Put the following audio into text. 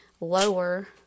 lower